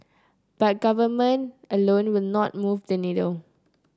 but government alone will not move the needle